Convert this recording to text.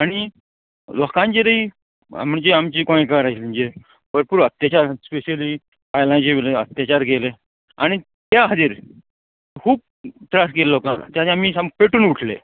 आनी लोकांचेरूय म्हणजे आमचे गोंयकार आशिल्ले म्हणजे भरपूर अत्याचार स्पेशली बायलांचे बी अत्याचार केले आनी त्या खातीर खूब त्रास केल्ले लोकांक ते आमी पेटून उठले